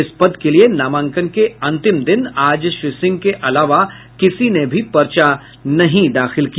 इस पद के लिये नामांकन के अंतिम दिन आज श्री सिंह के अलावा किसी ने भी पर्चा नहीं दाखिल किया